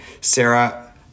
Sarah